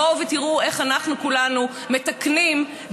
תִראו איך אנחנו כולנו מתקנים,